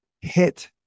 hit